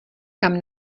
kam